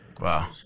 Wow